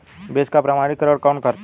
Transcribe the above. बीज का प्रमाणीकरण कौन करता है?